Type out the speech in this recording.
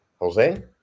Jose